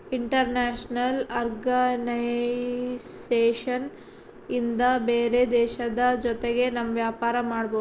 international organisation ಇಂದ ಬೇರೆ ದೇಶದ ಜೊತೆಗೆ ನಮ್ ವ್ಯಾಪಾರ ಮಾಡ್ಬೋದು